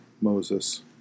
Moses